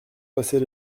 passer